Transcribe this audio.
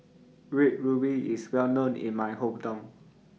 Red Ruby IS Well known in My Hometown